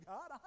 God